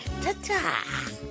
ta-ta